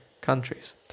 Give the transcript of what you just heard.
countries